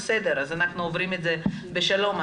אז אנחנו עוברים את זה בשלום,